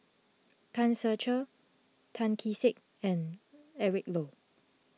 Tan Ser Cher Tan Kee Sek and Eric Low